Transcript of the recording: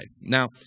Now